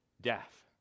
death